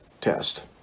test